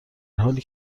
حالی